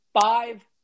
five